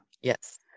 Yes